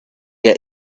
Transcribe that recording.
your